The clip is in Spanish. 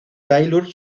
taylor